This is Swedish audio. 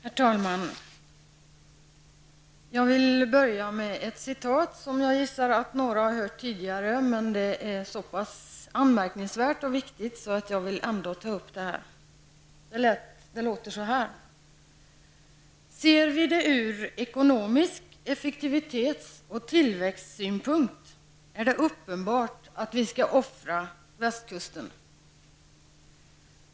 Herr talman! Jag vill börja med ett citat som jag gissar att några har hört tidigare. Det är så pass anmärkningsvärt och viktigt att jag ändå vill ta upp det här. ''Ser vi det ur ekonomisk effektivitets och tillväxtssynpunkt, är det uppenbart att vi skall offra västkusten.''